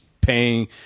Paying